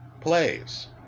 plays